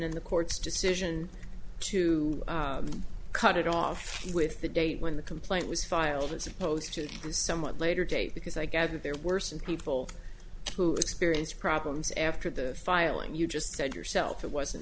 and the court's decision to cut it off with the date when the complaint was filed as opposed to somewhat later date because i gather there are worse and people who experience problems after the filing you just said yourself it wasn't